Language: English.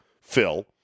Phil